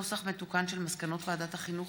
נוסח מתוקן של מסקנות ועדת החינוך,